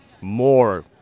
more